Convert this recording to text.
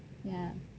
ya